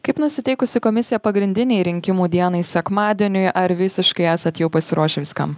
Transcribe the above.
kaip nusiteikusi komisija pagrindinei rinkimų dienai sekmadieniui ar visiškai esat jau pasiruošę viskam